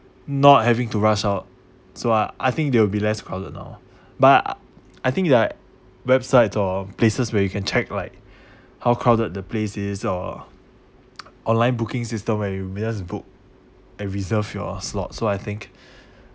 not having to rush out so I I think there will be less crowded now but I I think that website or places where you can check right how crowded the place is or online booking system where you may just book and reserve your slot so I think